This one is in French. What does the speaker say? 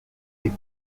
des